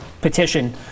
petition